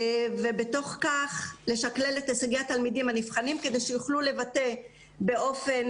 ובתוך כך לשקלל את הישגי התלמידים הנבחנים כדי שיוכלו לבטא באופן